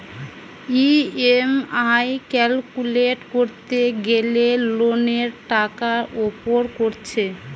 EMI calculate কোরতে গ্যালে লোনের টাকার উপর কোরছে